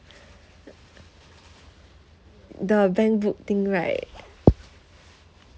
the bank book thing right